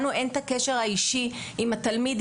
לנו אין את הקשר האישי עם התלמיד,